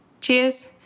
Cheers